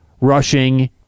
rushing